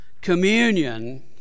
communion